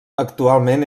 actualment